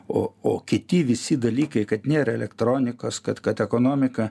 o o kiti visi dalykai kad nėra elektronikos kad kad ekonomika